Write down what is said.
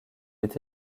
est